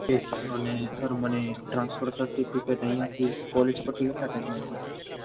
okay અને sir મને transfer certificate અહિયાથી કોલેજથી કેટલા ટાઈમમાં મળશે